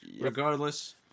Regardless